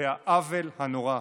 והעוול הנורא.